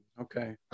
Okay